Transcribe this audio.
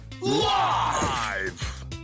Live